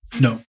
No